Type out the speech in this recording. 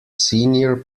senior